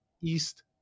East